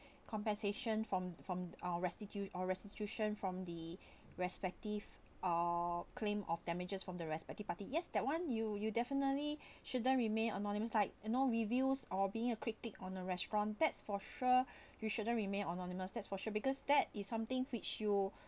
compensation from from uh restitu~ uh restitution from the respective ugh claim of damages from the respective party yes that one you you definitely shouldn't remain anonymous like you know reviews or being a critic on a restaurant that's for sure you shouldn't remain anonymous that's for sure because that is something which you